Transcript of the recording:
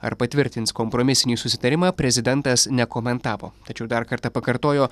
ar patvirtins kompromisinį susitarimą prezidentas nekomentavo tačiau dar kartą pakartojo